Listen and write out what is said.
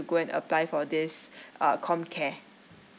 go and apply for this err comcare